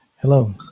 Hello